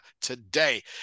today